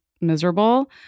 miserable